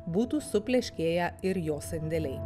būtų supleškėję ir jo sandėliai